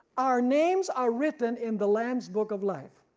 our names are written in the lamb's book of life,